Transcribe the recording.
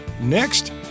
next